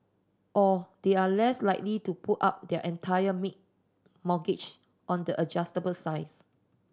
or they are less likely to put up their entire big mortgage on the adjustable sides